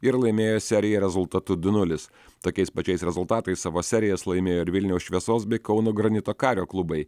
ir laimėjo seriją rezultatu du nulis tokiais pačiais rezultatais savo serijas laimėjo ir vilniaus šviesos bei kauno granito kario klubai